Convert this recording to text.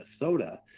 Minnesota